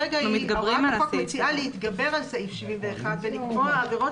הוראת החוק מציעה להתגבר על סעיף 71 הכללי ולקבוע עבירות